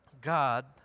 God